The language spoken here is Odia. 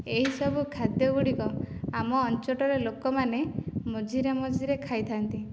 ଏହିସବୁ ଖାଦ୍ୟ ଗୁଡ଼ିକ ଆମ ଅଞ୍ଚଳର ଲୋକମାନେ ମଝିରେ ମଝିରେ ଖାଇଥାନ୍ତି